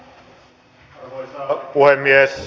arvoisa puhemies